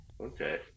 Okay